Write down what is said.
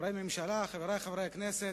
חברי הממשלה, חברי חברי הכנסת,